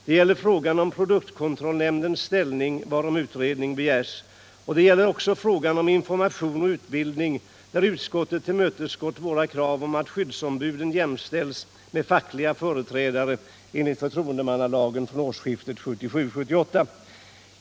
Det gäller frågan om produktkontrollnämndens ställning, varom utredning begärs. Och det gäller också frågor om information och utbildning, där utskottet tillmötesgått våra krav på att skyddsombuden jämställs med fackliga företrädare enligt förtroendemannalagen från årsskiftet 1977-1978.